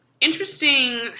Interesting